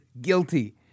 guilty